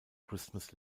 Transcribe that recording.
christmas